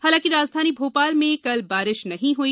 हालांकि राजधानी भोपाल में कल बारिश नहीं हुई